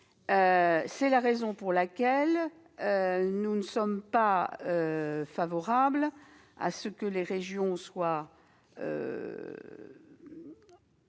C'est la raison pour laquelle nous ne sommes pas favorables à ce que les régions soient